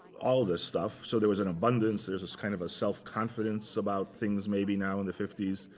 all of this stuff. so there was an abundance. there is this kind of a self-confidence about things, maybe, now in the fifty s.